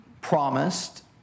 promised